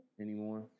anymore